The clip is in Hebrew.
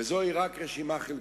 וזוהי רק רשימה חלקית.